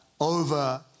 over